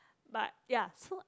but ya so